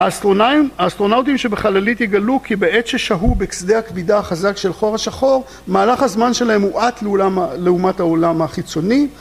האסטרונאוטים שבחללית יגלו כי בעת ששהו בשדה הכבידה החזק של החור השחור, מהלך הזמן שלהם הואט לעומת העולם החיצוני